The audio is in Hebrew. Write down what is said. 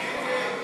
זהבה גלאון,